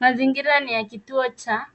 Mazingira ni ya kituo cha